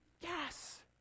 Yes